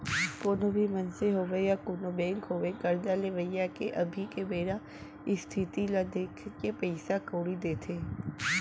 कोनो भी मनसे होवय या कोनों बेंक होवय करजा लेवइया के अभी के बेरा इस्थिति ल देखके पइसा कउड़ी देथे